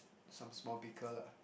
some small bicker lah